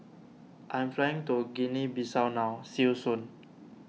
I am flying to Guinea Bissau now see you soon